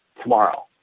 tomorrow